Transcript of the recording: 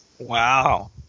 Wow